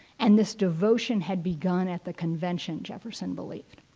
and this devotion had begun at the convention, jefferson believed.